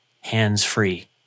hands-free